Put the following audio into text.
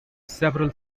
several